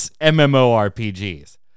mmorpgs